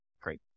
great